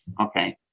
okay